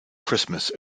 christmas